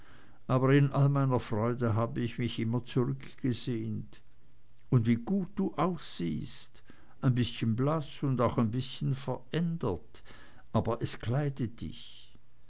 aber in all meiner freude habe ich mich immer zurückgesehnt und wie gut du aussiehst ein bißchen blaß und ein bißchen verändert aber es kleidet dich